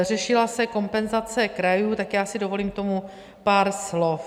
Řešila se kompenzace krajů, tak si dovolím k tomu pár slov.